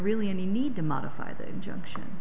really any need to modify the injunction